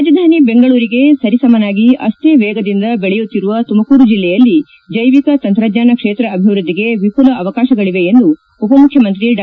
ರಾಜಧಾನಿ ಬೆಂಗಳೂರಿಗೆ ಸರಿಸಮನಾಗಿ ಅಷ್ಟೇ ವೇಗದಿಂದ ಬೆಳೆಯುತ್ತಿರುವ ತುಮಕೂರು ಜಿಲ್ಲೆಯಲ್ಲಿ ಜೈವಿಕ ತಂತ್ರಜ್ಞಾನ ಕ್ಷೇತ್ರ ಅಭಿವ್ಯದ್ಲಿಗೆ ವಿಪುಲ ಅವಕಾಶಗಳವೆ ಎಂದು ಉಪ ಮುಖ್ಯಮಂತ್ರಿ ಡಾ